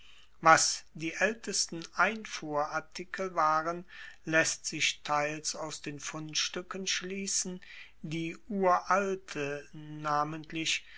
was die aeltesten einfuhrartikel waren laesst sich teils aus den fundstuecken schliessen die uralte namentlich